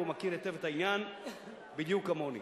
הוא מכיר היטב את העניין בדיוק כמוני.